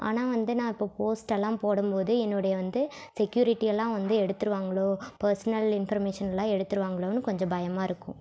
ஆனால் வந்து நான் இப்போ போஸ்ட் எல்லாம் போடும்போது என்னுடைய வந்து செக்யூரிட்டி எல்லாம் வந்து எடுத்துடுவாங்களோ பர்ஸ்னல் இன்ஃபர்மேஷன்லாம் எடுத்துடுவாங்களோன்னு கொஞ்சம் பயமாக இருக்கும்